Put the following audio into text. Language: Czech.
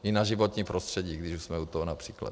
I na životní prostředí, když už jsme u toho, například.